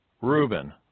Reuben